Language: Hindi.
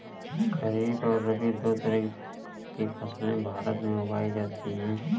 खरीप और रबी दो तरह की फैसले भारत में उगाई जाती है